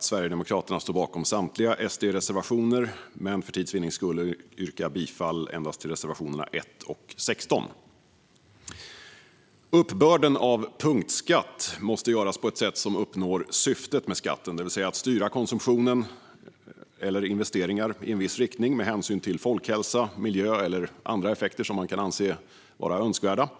Sverigedemokraterna står bakom samtliga SD-reservationer i detta betänkande, men för tids vinnande yrkar jag bifall endast till reservationerna 1 och 16. Uppbörden av punktskatt måste göras på ett sätt som uppnår syftet med skatten, det vill säga att styra konsumtion och investeringar i en viss riktning med hänsyn till folkhälsa, miljö eller andra effekter som man kan anse vara önskvärda.